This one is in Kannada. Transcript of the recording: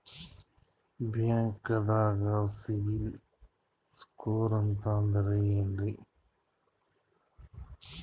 ಬ್ಯಾಂಕ್ದಾಗ ಸಿಬಿಲ್ ಸ್ಕೋರ್ ಅಂತ ಅಂದ್ರೆ ಏನ್ರೀ?